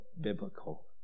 biblical